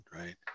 right